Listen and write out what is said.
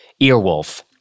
Earwolf